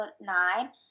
nine